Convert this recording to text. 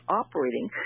operating